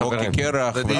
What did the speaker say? גם בכדורסל, גם בהוקי קרח.